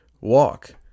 walk